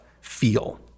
feel